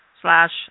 slash